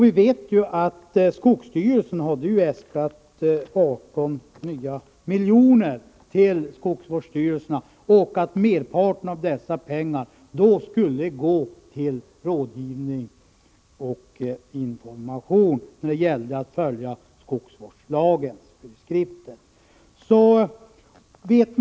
Vi vet ju att skogsstyrelsen har äskat 18 nya miljoner till skogsvårdsstyrelserna och att merparten av dessa pengar skulle gå till rådgivning och information när det gäller att följa skogsvårdslagens föreskrifter.